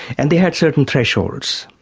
and they had certain thresholds,